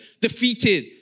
defeated